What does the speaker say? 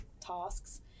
tasks